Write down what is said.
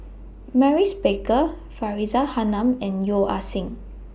Maurice Baker Faridah Hanum and Yeo Ah Seng